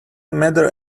matter